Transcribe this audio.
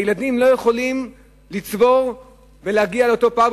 וילדים לא יכולים לצבור ולצמצם את אותו פער,